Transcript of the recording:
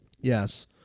Yes